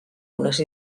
unes